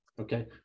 Okay